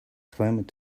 clamored